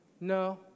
No